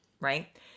right